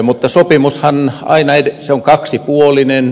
mutta sopimushan on aina kaksipuolinen